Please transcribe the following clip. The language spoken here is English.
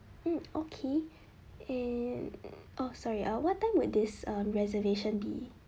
mm okay eh err sorry ah what time would this reservation be